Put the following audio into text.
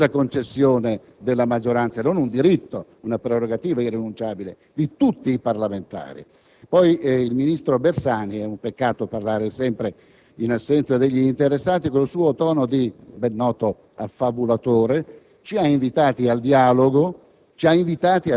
una graziosa concessione della maggioranza e non un diritto, una prerogativa irrinunciabile di tutti parlamentari. Inoltre, il ministro Bersani - è un peccato parlare sempre in assenza degli interessati - con il suo tono di ben noto affabulatore ci ha invitati al dialogo